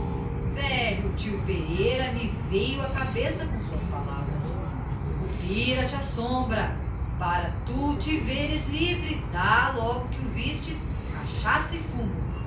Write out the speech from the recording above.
velho tio pereira me veiu á cabeça com suas palavras currupira te assombra para tu te veres livre dá logo que o avistes cachaça e fumo